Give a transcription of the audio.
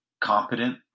competent